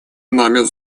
нами